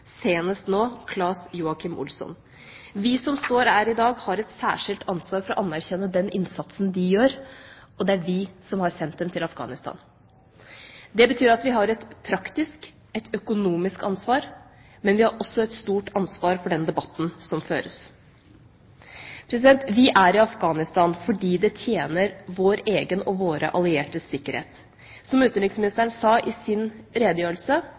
senest nå Claes Joachim Olsson. Vi som står her i dag, har et særskilt ansvar for å anerkjenne den innsatsen de gjør, og det er vi som har sendt dem til Afghanistan. Det betyr at vi har et praktisk og et økonomisk ansvar, men vi har også et stort ansvar for den debatten som føres. Vi er i Afghanistan fordi det tjener vår egen og våre alliertes sikkerhet. Som utenriksministeren sa i sin redegjørelse,